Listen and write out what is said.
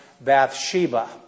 Bathsheba